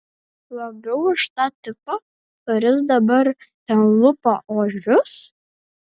labiau už tą tipą kuris dabar ten lupa ožius